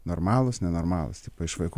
normalūs nenormalūs tipo iš vaikų